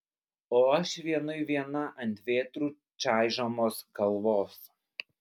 o aš vienui viena ant vėtrų čaižomos kalvos